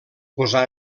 posar